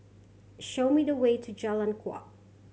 show me the way to Jalan Kuak